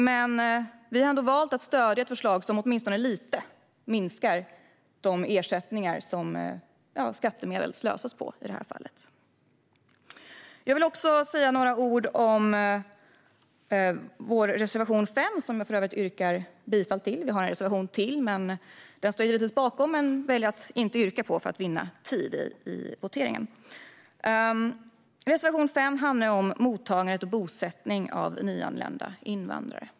Men vi har ändå valt att stödja ett förslag som åtminstone lite minskar de ersättningar som skattemedel slösas på i det här fallet. Jag vill också säga några ord om vår reservation 5, som jag för övrigt yrkar bifall till. Vi har ytterligare en reservation som jag givetvis står bakom, men jag väljer att inte yrka bifall till den för att vinna tid vid voteringen. Reservation 5 handlar om mottagande av och bosättning för nyanlända invandrare.